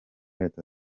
leta